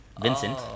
Vincent